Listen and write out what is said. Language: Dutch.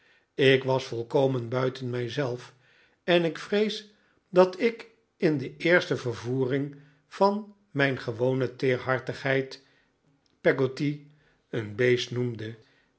ik was volkomen buiten mij zelf en ik vrees dat ik in de eerste vervoering van mijn gewonde teerhartigheid peggotty een beest noemde